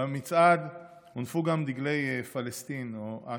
במצעד הונפו גם דגלי פלסטין או אש"ף.